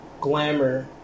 Glamour